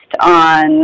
on